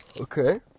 Okay